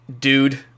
dude